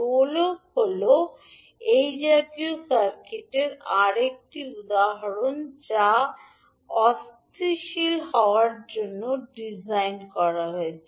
দোলক হল এই জাতীয় সার্কিটের আরেকটি উদাহরণ যা অস্থিতিশীল হওয়ার জন্য ডিজাইন করা হয়েছে